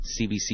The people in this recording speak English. CBC